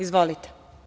Izvolite.